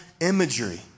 imagery